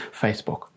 Facebook